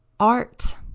art